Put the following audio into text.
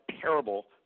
terrible